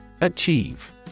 Achieve